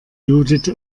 judith